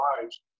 lives